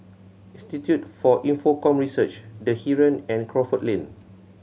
Institute for Infocomm Research The Heeren and Crawford Lane